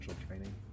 training